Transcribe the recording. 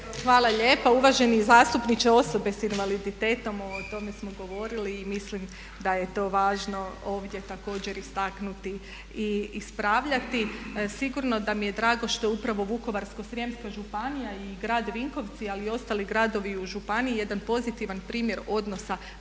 Hvala lijepa. Uvaženi zastupniče osobe sa invaliditetom, o tome smo govorili i mislim da je to važno ovdje također istaknuti i ispravljati. Sigurno da mi je drago što je upravo Vukovarsko-srijemska županija i grad Vinkovci ali i ostali gradovi u županiji jedan pozitivan primjer odnosa prema